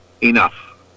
enough